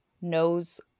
knows